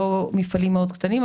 לא מפעלים מאוד קטנים,